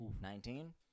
Nineteen